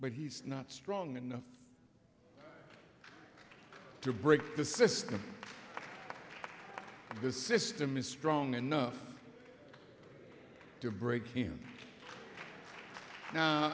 but he's not strong enough to break the system the system is strong enough to break him